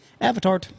Avatar